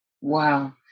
Wow